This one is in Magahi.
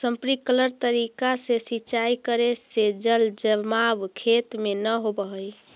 स्प्रिंकलर तरीका से सिंचाई करे से जल जमाव खेत में न होवऽ हइ